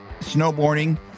snowboarding